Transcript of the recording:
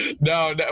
no